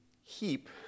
heap